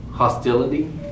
Hostility